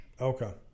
Okay